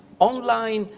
online,